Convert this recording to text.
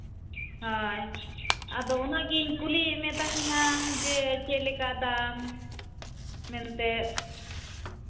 ᱟᱫᱚ ᱚᱱᱟᱜᱤᱧ ᱠᱩᱞᱤᱭᱮᱫ ᱢᱮ ᱛᱟᱦᱮᱱᱟ ᱡᱮ ᱪᱮᱫ ᱞᱮᱠᱟ ᱫᱟᱢ ᱢᱮᱱᱛᱮ